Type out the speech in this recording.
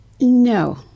no